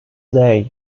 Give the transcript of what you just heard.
day